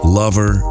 lover